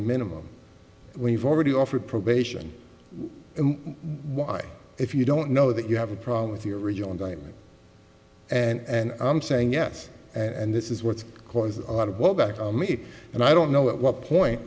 minimum when you've already offered probation why if you don't know that you have a problem with the original indictment and i'm saying yes and this is what's caused a lot of what back of me and i don't know at what point